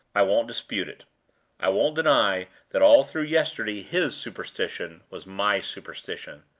i won't dispute it i won't deny that all through yesterday his superstition was my superstition.